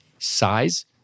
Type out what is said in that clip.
size